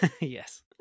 yes